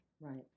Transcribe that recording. Right